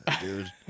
Dude